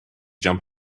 jump